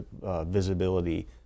visibility